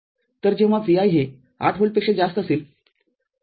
तरजेव्हा Vi हे ८ व्होल्टपेक्षा जास्त असेल ठीक आहे